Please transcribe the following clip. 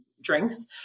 drinks